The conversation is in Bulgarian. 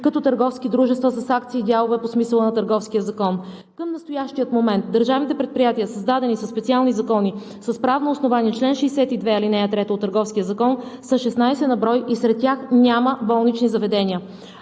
като търговски дружества с акции и дялове по смисъла на Търговския закон. Към настоящия момент държавните предприятия, създадени със специални закони и с правно основание по чл. 62, ал. 3 от Търговския закон, са 16 на брой и сред тях няма болнични заведения.